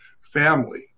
family